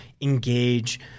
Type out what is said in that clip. engage